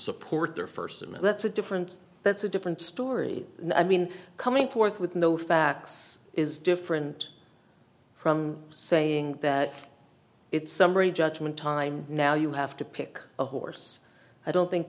support their first and that's a different that's a different story i mean coming forth with no facts is different from saying that it's summary judgment time now you have to pick a horse i don't think